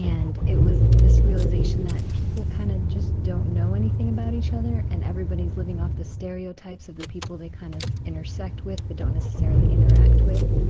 and it was this realization that people kind of just don't know anything about each other and everybody's living off the stereotypes of the people they kind of intersect with but don't necessarily interact with.